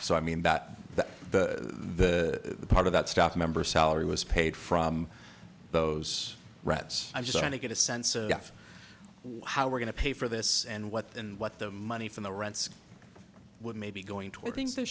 so i mean that that the part of that staff member salary was paid from those rats i'm just trying to get a sense of how we're going to pay for this and what and what the money from the rents would maybe going toward th